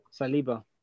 Saliba